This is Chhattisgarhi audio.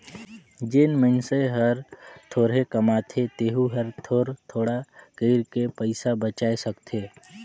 जेन मइनसे हर थोरहें कमाथे तेहू हर थोर थोडा कइर के पइसा बचाय सकथे